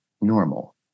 normal